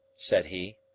said he.